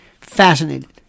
Fascinated